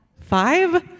five